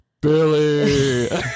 Billy